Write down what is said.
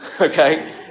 Okay